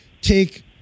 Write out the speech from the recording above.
take